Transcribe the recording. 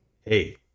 hey